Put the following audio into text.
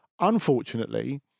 Unfortunately